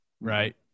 right